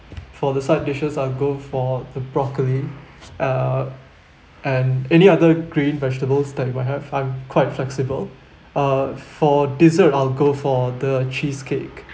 for the side dishes I'll go for the broccoli uh and any other green vegetables that you might have I'm quite flexible uh for dessert I'll go for the cheesecake